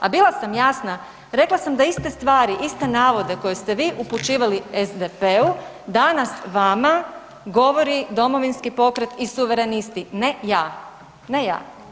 A bila sam jasna, rekla sam da iste stvari, iste navode koje ste vi upućivali SDP-u danas vama govori Domovinski pokret i Suverenisti, ne ja, ne ja.